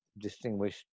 distinguished